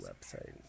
website